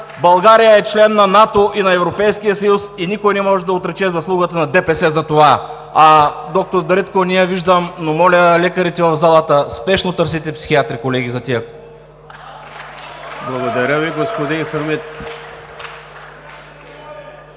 България е член на НАТО и на Европейския съюз и никой не може да отрече заслугата на ДПС за това. Доктор Дариткова не я виждам, но, моля, лекарите в залата: спешно търсете психиатри, колеги, за тези. (Ръкопляскания от